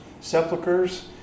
sepulchers